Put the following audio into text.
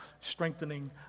strengthening